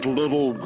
little